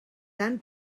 tan